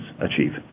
achieve